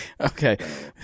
Okay